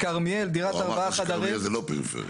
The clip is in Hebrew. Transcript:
הוא אמר שכרמיאל זה לא פריפריה.